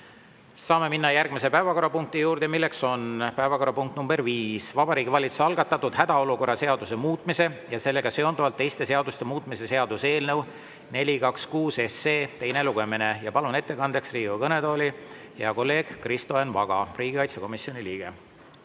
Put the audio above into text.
Saame minna järgmise päevakorrapunkti juurde, milleks on päevakorrapunkt nr 5, Vabariigi Valitsuse algatatud hädaolukorra seaduse muutmise ja sellega seonduvalt teiste seaduste muutmise seaduse eelnõu 426 teine lugemine. Palun ettekandeks Riigikogu kõnetooli hea kolleegi, riigikaitsekomisjoni liikme